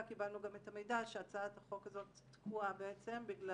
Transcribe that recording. קיבלנו גם את המידע שהצעת החוק הזו תקועה בגלל